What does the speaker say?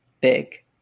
Big